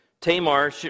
Tamar